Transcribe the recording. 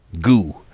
Goo